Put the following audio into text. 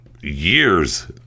Years